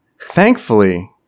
thankfully